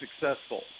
successful